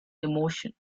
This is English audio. emotion